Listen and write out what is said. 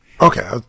Okay